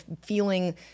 feeling